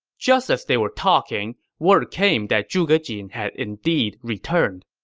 just as they were talking, word came that zhuge jin had indeed returned.